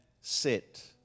sit